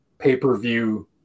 pay-per-view